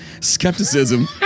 Skepticism